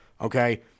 okay